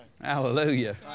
Hallelujah